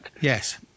Yes